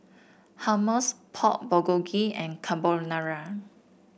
Hummus Pork Bulgogi and Carbonara